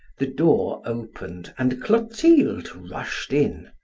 the door opened and clotilde rushed in.